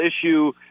issue